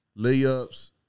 layups